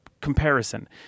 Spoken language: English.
comparison